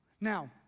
Now